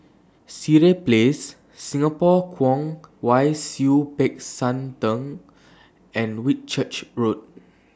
Sireh Place Singapore Kwong Wai Siew Peck San Theng and Whitchurch Road